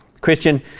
Christian